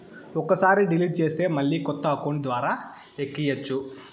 ఒక్కసారి డిలీట్ చేస్తే మళ్ళీ కొత్త అకౌంట్ ద్వారా ఎక్కియ్యచ్చు